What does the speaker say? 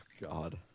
God